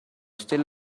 still